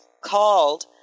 called